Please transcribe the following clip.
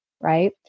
Right